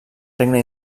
regne